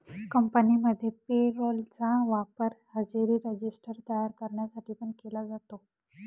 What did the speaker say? कंपनीमध्ये payroll चा वापर हजेरी रजिस्टर तयार करण्यासाठी पण केला जातो